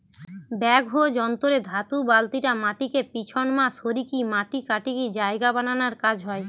backhoe যন্ত্র রে ধাতু বালতিটা মাটিকে পিছনমা সরিকি মাটি কাটিকি জায়গা বানানার কাজ হয়